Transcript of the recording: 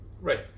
Right